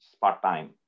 part-time